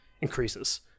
increases